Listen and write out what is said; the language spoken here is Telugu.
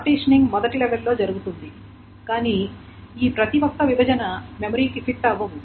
పార్టిషనింగ్ మొదటి లెవెల్ లో జరుగుతుంది కానీ ఈ ప్రతి ఒక్క విభజన మెమరీకి ఫిట్ అవ్వవు